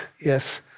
yes